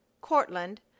courtland